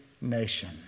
nation